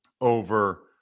over